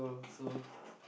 so